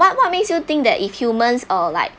what what makes you think that if humans uh like